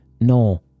no